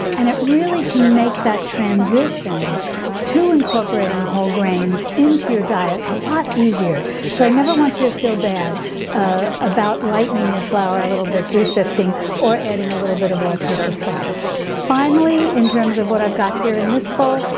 and it really can make that transition to incorporating whole grains into your diet a lot easier. so i never want you to feel bad ah about lightening your flour a little bit through sifting or adding a little bit of all purpose flour. finally, in terms of what i've got here in this bowl,